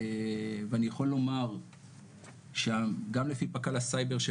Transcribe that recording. ואני יכול לומר שגם לפי פק"ל הסייבר של